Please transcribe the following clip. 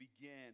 begin